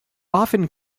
often